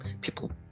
people